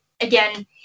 again